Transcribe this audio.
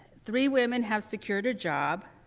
three women have secured a job.